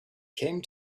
came